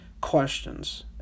questions